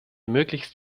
möglichst